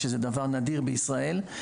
שזה דבר נדיר בישראל,